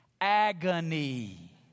Agony